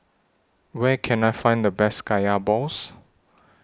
Where Can I Find The Best Kaya Balls